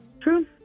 True